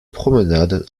promenade